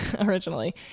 originally